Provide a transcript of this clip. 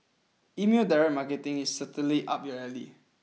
email direct marketing is certainly up your alley